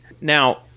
Now